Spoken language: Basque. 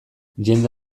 jende